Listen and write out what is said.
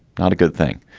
not a good thing.